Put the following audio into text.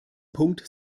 punkt